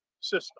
system